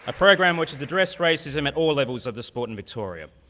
ah program which has addressed racism at all levels of the sport in victoria.